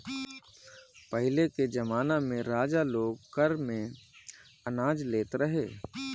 पहिले के जमाना में राजा लोग कर में अनाज लेत रहे